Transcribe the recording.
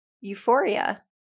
euphoria